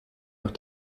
nach